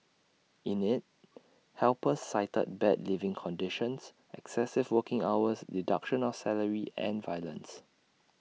in IT helpers cited bad living conditions excessive working hours deduction of salary and violence